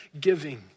giving